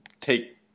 take